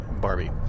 Barbie